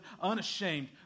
unashamed